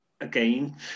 again